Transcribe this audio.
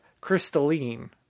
crystalline